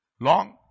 long